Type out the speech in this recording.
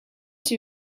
two